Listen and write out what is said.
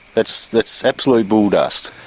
that's that's absolute bulldust'. so